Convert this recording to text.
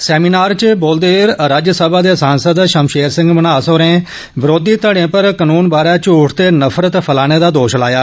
seminar च बोलदे होई राज्यसभा सांसद शमशेर सिंह मन्हास होरे विरोधी घड़े पर कनून बारै झूठ ते नफरत फलाने दा दोष लाया